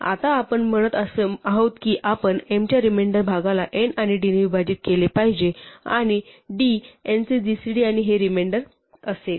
आता आपण म्हणत आहोत की आपण m च्या रिमेंडर भागाला n आणि d ने विभाजित केले पाहिजे आणि d n चे gcd आणि हे रिमेंडर असेल